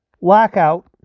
lockout